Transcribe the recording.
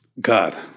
God